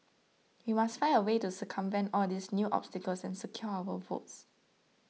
we must find a way to circumvent all these new obstacles and secure our votes